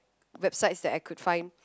websites that I could find